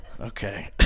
Okay